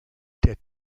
der